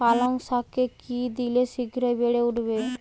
পালং শাকে কি দিলে শিঘ্র বেড়ে উঠবে?